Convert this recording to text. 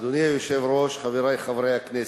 אדוני היושב-ראש, חברי חברי הכנסת,